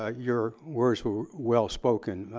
ah your words were well spoken.